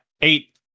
eight